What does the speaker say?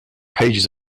pages